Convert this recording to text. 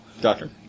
doctor